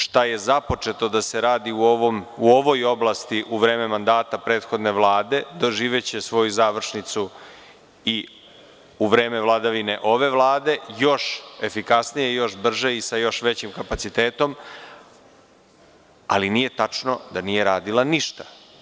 Šta je započeto da se radi u ovoj oblasti u vreme mandata prethodne Vlade, doživeće svoju završnicu i u vreme vladavine ove Vlade, još efikasnije i još brže i sa još većim kapacitetom, ali nije tačno da nije radila ništa.